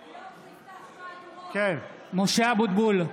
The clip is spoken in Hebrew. (קורא בשמות חברי הכנסת) משה אבוטבול,